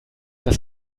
das